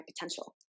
potential